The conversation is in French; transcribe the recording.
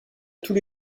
tous